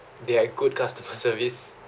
they have good customer service